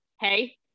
hey